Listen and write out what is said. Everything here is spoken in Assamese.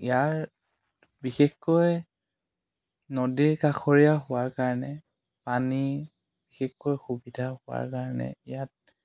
ইয়াৰ বিশেষকৈ নদীৰ কাষৰীয়া হোৱাৰ কাৰণে পানীৰ বিশেষকৈ সুবিধা হোৱাৰ কাৰণে ইয়াত